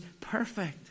perfect